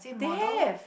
they have